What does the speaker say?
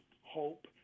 hope